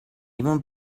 even